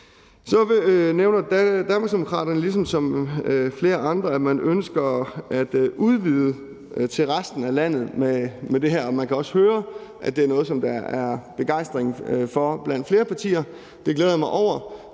Så nævner Danmarksdemokraterne ligesom flere andre, at man ønsker at udvide til resten af landet med det her, og man kan også høre, at det er noget, som der er begejstring for blandt flere partier. Det glæder jeg mig over.